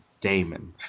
Damon